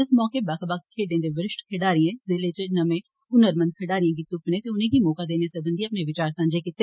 इस मौके बक्ख बक्ख खेड्ढें दे वरिष्ठ खडढारिए जिले च नमें हुनरमंद खड्ढारिए दी तुप्पने ते उने गी मौके देने सरबंधी अपने विचार सांझे कीते